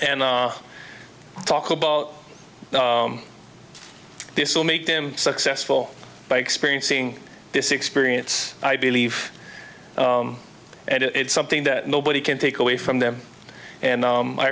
and talk about this will make them successful by experiencing this experience i believe and it's something that nobody can take away from them and